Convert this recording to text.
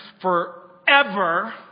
forever